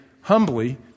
humbly